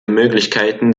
möglichkeiten